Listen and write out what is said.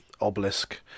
obelisk